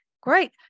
Great